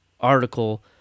article